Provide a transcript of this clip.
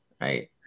right